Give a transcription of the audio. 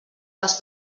les